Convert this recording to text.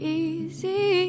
easy